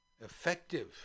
effective